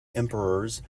emperors